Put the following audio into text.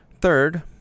Third